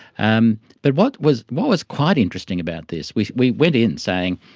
um but what was what was quite interesting about this, we we went in saying,